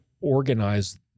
organize